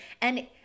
And-